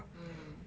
mm